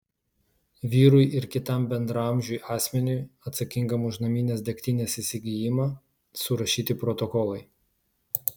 vyrui ir kitam bendraamžiui asmeniui atsakingam už naminės degtinės įsigijimą surašyti protokolai